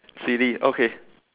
silly okay